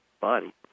body